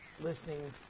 listening